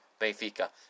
Benfica